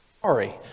sorry